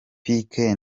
pique